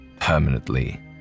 permanently